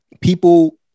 people